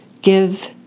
give